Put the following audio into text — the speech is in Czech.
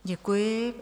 Děkuji.